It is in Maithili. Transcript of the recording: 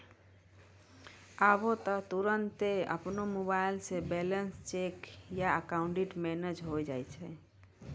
आबै त तुरन्ते अपनो मोबाइलो से बैलेंस चेक या अकाउंट मैनेज होय जाय छै